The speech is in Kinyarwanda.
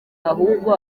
ahubwo